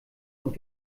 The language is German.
und